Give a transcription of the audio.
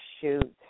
shoot